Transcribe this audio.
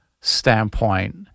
standpoint